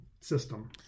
system